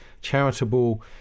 charitable